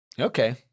Okay